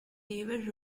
david